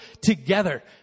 together